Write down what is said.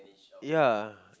ya